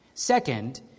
Second